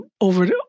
over